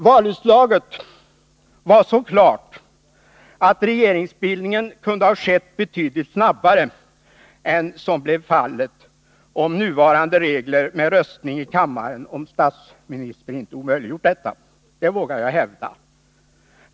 Valutslaget var så klart att regeringsbildningen kunde ha skett betydligt snabbare än som blev fallet, om nuvarande regler med röstning i kammaren om statsministerposten inte omöjliggjort detta. Det vågar jag hävda.